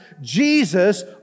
Jesus